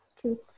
true